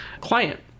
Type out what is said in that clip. client